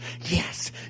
yes